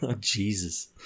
jesus